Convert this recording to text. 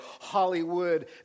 Hollywood